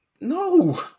No